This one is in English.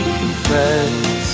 confess